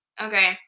Okay